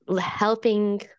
helping